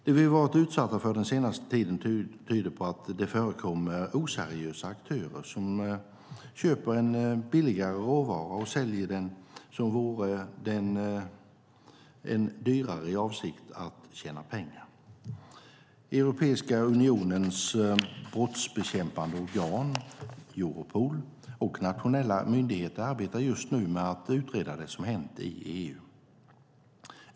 Det vi varit utsatta för den senaste tiden tyder på att det förekommer oseriösa aktörer som köper en billigare råvara och säljer den som vore den en dyrare i avsikt att tjäna pengar. Europeiska unionens brottsbekämpande organ, Europol, och nationella myndigheter arbetar just nu med att utreda det som hänt i EU.